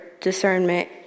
discernment